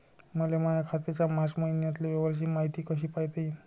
मले माया खात्याच्या मार्च मईन्यातील व्यवहाराची मायती कशी पायता येईन?